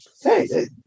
Hey